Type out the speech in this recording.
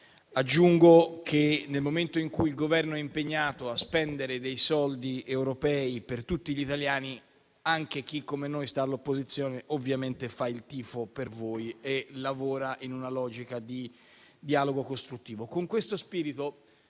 Aggiungo che, nel momento in cui il Governo è impegnato a spendere dei soldi europei per tutti gli italiani, anche chi, come noi, sta all'opposizione ovviamente fa il tifo per voi e lavora in una logica di dialogo costruttivo. Con questo spirito,